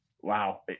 Wow